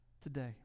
today